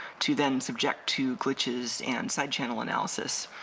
to then subject to glitches and side channel analysis.